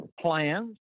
plans